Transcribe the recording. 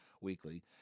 weekly